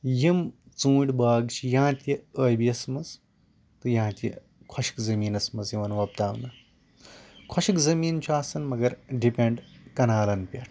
یِم ژوٗنٛٹھۍ باغ چھِ یا تہِ ٲبیس منٛز یا تہِ خۄشِک زٔمیٖنَس منٛز یِوان وۄپداونہٕ خۄشِک زٔمیٖن چھُ آسان مَگر ڈِپیٚنٛڈ کَنارن پٮ۪ٹھ